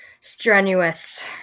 strenuous